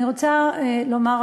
אני רוצה לומר,